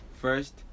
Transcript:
first